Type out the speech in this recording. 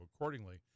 accordingly